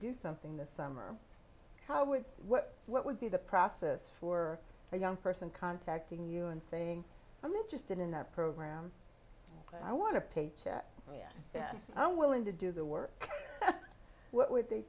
do something this summer how would what what would be the process for a young person contacting you and saying i'm interested in the program i want to pay chair yes yes i'm willing to do the work what would they